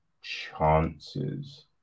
chances